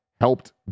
helped